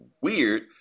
weird